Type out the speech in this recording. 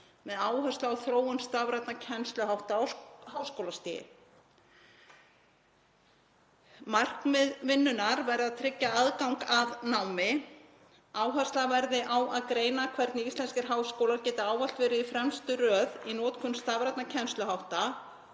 með áherslu á þróun stafrænna kennsluhátta á háskólastigi. Markmið vinnunnar verði að tryggja aðgang að námi. Áhersla verði á að greina hvernig íslenskir háskólar geti ávallt verið í fremstu röð í notkun stafrænna kennsluhátta